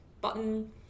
button